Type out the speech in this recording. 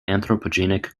anthropogenic